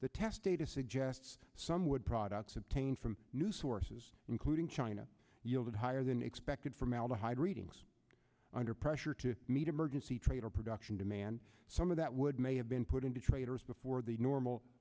the test data suggests some wood products attained from new sources including china yielded higher than expected formaldehyde readings under pressure to meet emergency trade or production demand some of that would may have been put into traders before the normal